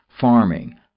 farming